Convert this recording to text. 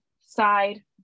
side